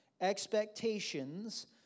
Expectations